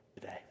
today